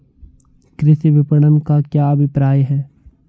कृषि विपणन का क्या अभिप्राय है?